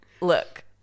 look